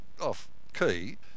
off-key